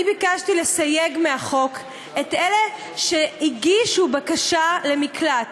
אני ביקשתי לסייג מהחוק את אלה שהגישו בקשה למקלט.